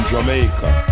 Jamaica